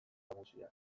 nagusiak